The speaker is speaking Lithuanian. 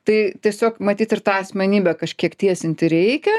tai tiesiog matyt ir tą asmenybę kažkiek tiesinti reikia